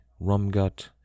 Rumgut